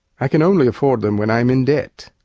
i can only afford them when i'm in debt.